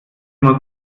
muss